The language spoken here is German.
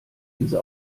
diese